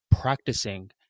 practicing